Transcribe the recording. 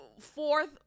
fourth